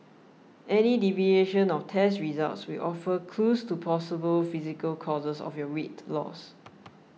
any deviation of test results will offer clues to possible physical causes of your weight loss